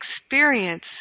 experience